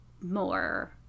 more